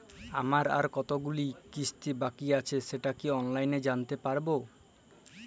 আমার আর কতগুলি কিস্তি বাকী আছে সেটা কি অনলাইনে জানতে পারব?